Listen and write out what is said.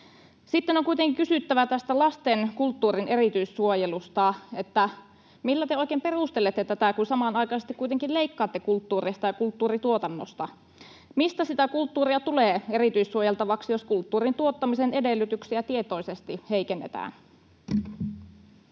Sitten on kuitenkin kysyttävä tästä lastenkulttuurin erityissuojelusta. Millä te oikein perustelette tätä, kun samanaikaisesti kuitenkin leikkaatte kulttuurista ja kulttuurituotannosta? Mistä sitä kulttuuria tulee erityissuojeltavaksi, jos kulttuurin tuottamisen edellytyksiä tietoisesti heikennetään?